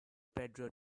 pedro